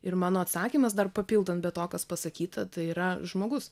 ir mano atsakymas dar papildant be to kas pasakyta tai yra žmogus